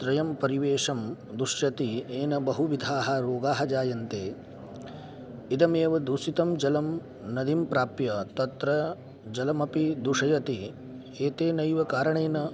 त्रयं परिवेशं दूषयति येन बहुविधाः रोगाः जायन्ते इदमेव दूषितं जलं नदीं प्राप्य तत्र जलमपि दूषयति एतेनैव कारणेन